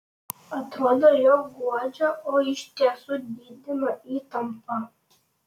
atrodo jog guodžia o iš tiesų didina įtampą